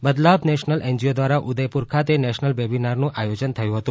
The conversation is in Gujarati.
બદલાવ નેશનલ એનજીઓ દ્વારા ઉદયપુર ખાતે નેશનલ વેબિનારનું આયોજન થયું હતું